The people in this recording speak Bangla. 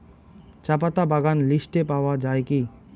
চাপাতা বাগান লিস্টে পাওয়া যায় কি?